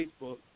Facebook